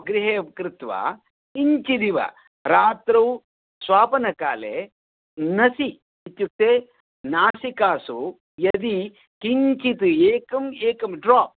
गृहे कृत्वा किञ्चिदिव रात्रौ स्वापकाले नसि इत्युक्ते नासिकासु यदि किञ्चित् एकम् एकं ड्रोप्